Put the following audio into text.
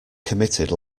committed